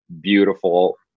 beautiful